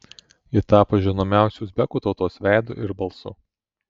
ji tapo žinomiausiu uzbekų tautos veidu ir balsu